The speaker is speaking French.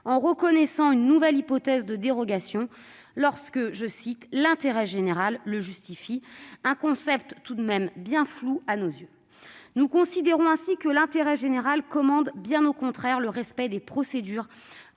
en reconnaissant une nouvelle hypothèse de dérogation lorsque « l'intérêt général » le justifie, concept bien flou à nos yeux. Nous considérons ainsi que l'intérêt général commande bien au contraire le respect des procédures